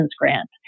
grant